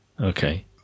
okay